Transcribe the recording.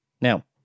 Now